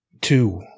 two